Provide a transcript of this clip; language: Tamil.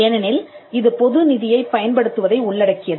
ஏனெனில் இது பொது நிதியைப் பயன்படுத்துவதை உள்ளடக்கியது